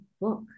book